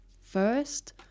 First